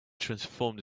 transformed